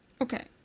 Okay